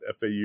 FAU